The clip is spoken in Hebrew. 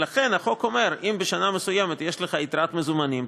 לכן החוק אומר: אם בשנה מסוימת יש לך יתרת מזומנים,